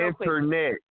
Internet